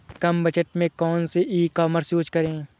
कम budget में कौन सी ई कॉमर्स यूज़ करें?